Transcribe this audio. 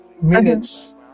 minutes